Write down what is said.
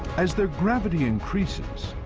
as their gravity increases,